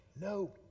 no